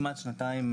כמעט שנתיים,